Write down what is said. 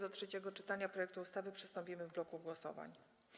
Do trzeciego czytania projektu ustawy przystąpimy w bloku głosowań.